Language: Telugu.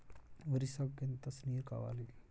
వరి సాగుకు ఎంత నీరు కావాలి?